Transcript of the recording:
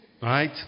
Right